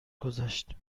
گذشت